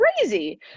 crazy